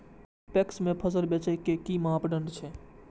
PACS में फसल बेचे के कि मापदंड छै?